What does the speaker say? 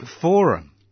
Forum